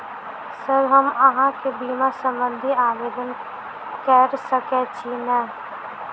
Sir हम अहाँ केँ बीमा संबधी आवेदन कैर सकै छी नै?